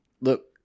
look